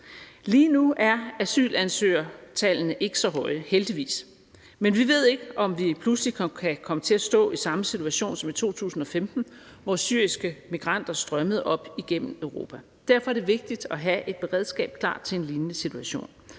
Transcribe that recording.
Lige nu er asylansøgertallene ikke så høje, heldigvis. Men vi ved ikke, om vi pludselig kan komme til at stå i samme situation som i 2015, hvor syriske migranter strømmede op igennem Europa. Derfor er det vigtigt at have et beredskab klar til en lignende situation.